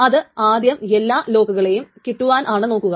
അത് ആദ്യം എല്ലാ ലോക്ക്കളെയും കിട്ടുവാൻ ആണ് നോക്കുക